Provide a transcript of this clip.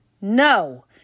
no